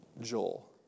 Joel